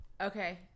Okay